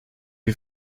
wir